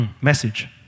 Message